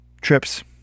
trips